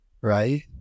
right